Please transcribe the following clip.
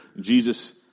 Jesus